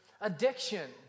addiction